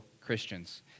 Christians